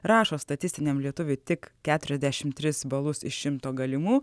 rašo statistiniam lietuviui tik keturiasdešimt tris balus iš šimto galimų